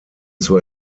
zur